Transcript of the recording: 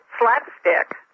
slapstick